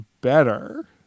better